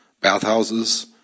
bathhouses